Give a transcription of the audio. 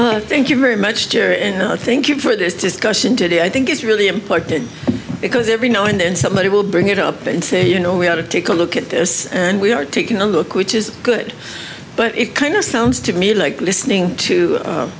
myspace thank you very much here in thank you for this discussion today i think it's really important because every now and then somebody will bring it up and say you know we have to take a look at this and we are taking a look which is good but it kind of sounds to me like listening to